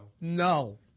No